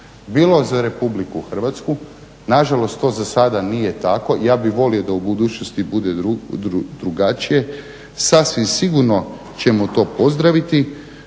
bilo za Republiku Hrvatsku. Na žalost to za sada nije tako. Ja bih volio da u budućnosti bude drugačije. Sasvim sigurno ćemo to pozdraviti